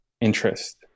interest